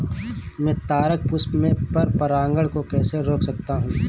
मैं तारक पुष्प में पर परागण को कैसे रोक सकता हूँ?